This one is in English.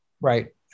Right